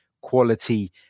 quality